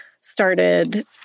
started